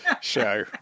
show